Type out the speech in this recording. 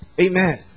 amen